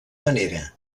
manera